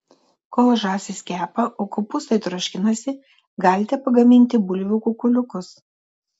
kol žąsis kepa o kopūstai troškinasi galite pagaminti bulvių kukuliukus